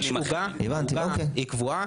יש עוגה, העוגה היא קבועה.